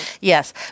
Yes